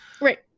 right